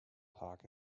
park